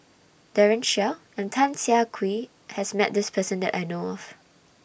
Daren Shiau and Tan Siah Kwee has Met This Person that I know of